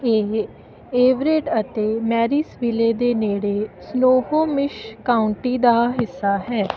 ਇਹ ਏਵਰੇਟ ਅਤੇ ਮੈਰੀਸਵਿਲੇ ਦੇ ਨੇੜੇ ਸਨੋਹੋਮਿਸ਼ ਕਾਉਂਟੀ ਦਾ ਹਿੱਸਾ ਹੈ